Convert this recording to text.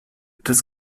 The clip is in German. das